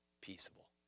Peaceable